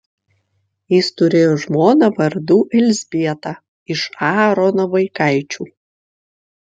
jis turėjo žmoną vardu elzbietą iš aarono vaikaičių